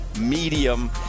medium